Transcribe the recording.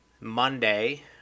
Monday